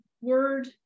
word